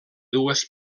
dues